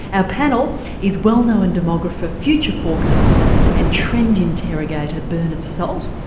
our panel is well known demographer, future forecaster and trend interrogator bernard salt.